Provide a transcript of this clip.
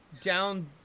down